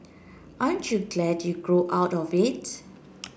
aren't you glad you grew out of it